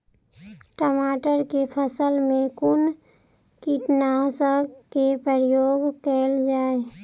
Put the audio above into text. टमाटर केँ फसल मे कुन कीटनासक केँ प्रयोग कैल जाय?